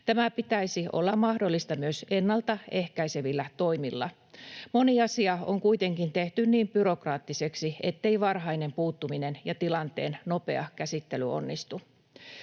Tämän pitäisi olla mahdollista myös ennaltaehkäisevillä toimilla. Moni asia on kuitenkin tehty niin byrokraattiseksi, ettei varhainen puuttuminen ja tilanteen nopea käsittely onnistu.